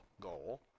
goal